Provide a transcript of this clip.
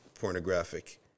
pornographic